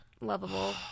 Lovable